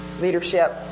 Leadership